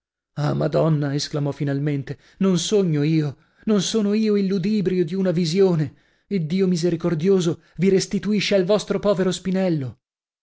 ah madonna esclamò finalmente non sogno io non sono io il ludibrio di una visione iddio misericordioso vi restituisce al vostro povero spinello